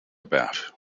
about